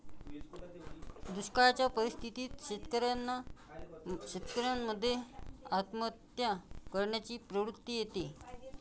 दुष्काळयाच्या परिस्थितीत शेतकऱ्यान मध्ये आत्महत्या करण्याची प्रवृत्ति येते